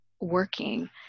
working